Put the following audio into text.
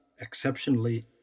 exceptionally